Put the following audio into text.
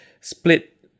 split